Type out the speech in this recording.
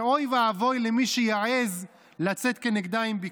ואוי ואבוי למי שיעז לצאת כנגדה עם ביקורת.